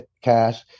Cash